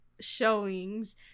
showings